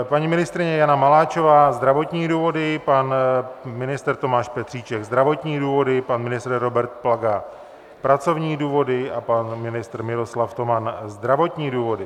Paní ministryně Jana Maláčová zdravotní důvody, pan ministr Tomáš Petříček zdravotní důvody, pan ministr Robert Plaga pracovní důvody a pan ministr Miroslav Toman zdravotní důvody.